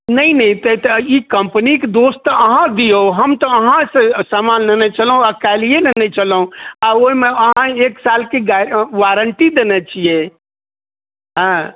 नहि नहि तऽ तऽ ई कम्पनीके दोष तऽ अहाँ दियौ हम तऽ अहाँसँ सामान नेने छलहुँ आओर काल्हिये नेने छलहुँ आओर ओइमे अहाँ एक सालके गारं वारंटी देने छियै एँ